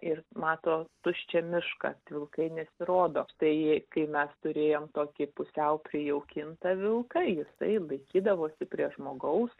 ir mato tuščią mišką at vilkai nesirodo tai kai mes turėjom tokį pusiau prijaukintą vilką jisai laikydavosi prie žmogaus